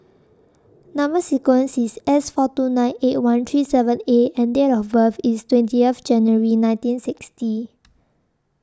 Number sequence IS S four two nine eight one three seven A and Date of birth IS twenty F January nineteen sixty